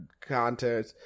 content